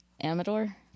Amador